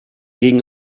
gegen